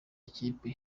ikipe